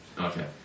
Okay